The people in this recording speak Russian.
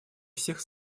всех